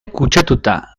kutsatuta